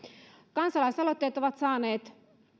kansalaisaloitteet ovat saaneet